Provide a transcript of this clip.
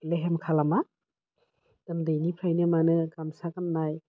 लेहेम खालामा उन्दैनिफ्रायनो माने गामसा गान्नाय